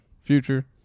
future